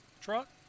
truck